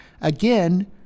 Again